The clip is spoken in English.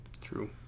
True